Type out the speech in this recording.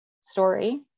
story